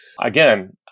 Again